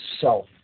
self